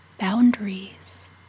boundaries